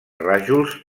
rajols